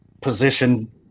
position